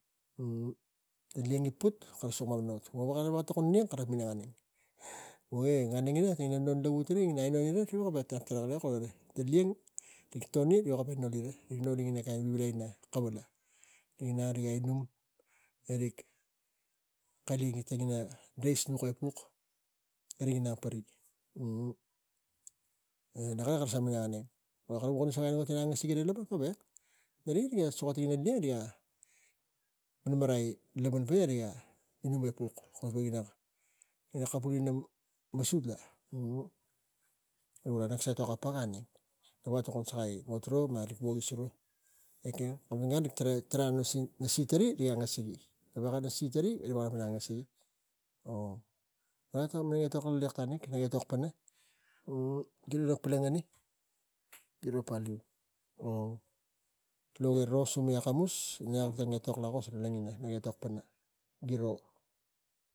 Tang lieng gi puk kara suk mamana ot e vo kara veko tokon lieng wo gan ina non lavu tari e iri riga veko noli ina kain marani ina kavala riga inang e riga inum e rik luga ina nuk reis ulepuk e riga inang peri e na kara sa minang auneng e wog kara vuk sakai tang ot ina tigana gavek nari rik suka tang ot e rik a marmarai laman bia e rik a kavul ina masut las e gura nak sa etok a pagai i ga veko tokon sakai gan kara vogi so ekeng leamatan gan kara traim angasigi ra tari rik angasik ir na ve ta si nari kes o vo etok akival na e tok pana girop ina palangani giro paliu ong logero sumi akamus e nak ina etok lakos naga etok pana.